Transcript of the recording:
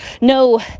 no